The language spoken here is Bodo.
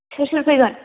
सोर सोर फैगोन